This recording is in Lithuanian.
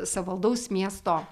savaldaus miesto